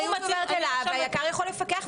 היק"ר יכול לפקח.